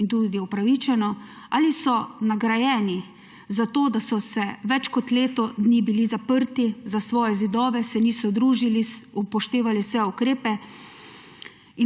in tudi upravičeno, ali so nagrajeni zato, da so bili več kot leto dni bili zaprti za svoje zidove, se niso družili, upoštevali vse ukrepe